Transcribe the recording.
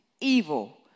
evil